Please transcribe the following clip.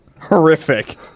horrific